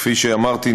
כפי שאמרתי,